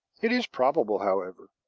it is probable, however,